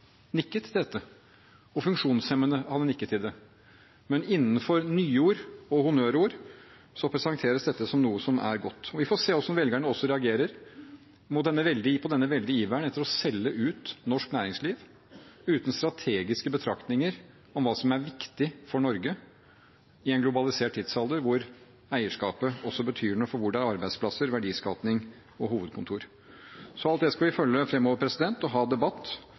nikket til dette. Og funksjonshemmede hadde nikket til det. Men innenfor nyord og honnørord presenteres dette som noe som er godt. Og vi får se hvordan velgerne også reagerer på denne veldige iveren etter å selge ut norsk næringsliv, uten strategiske betraktninger om hva som er viktig for Norge i en globalisert tidsalder hvor eierskapet også betyr noe for hvor det er arbeidsplasser, verdiskapning og hovedkontor. Så alt det skal vi følge fremover og ha debatt om, og kunne ha en debatt